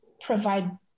provide